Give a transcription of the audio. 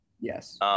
Yes